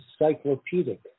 encyclopedic